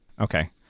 Okay